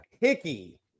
hickey